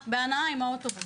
עם האוטובוס.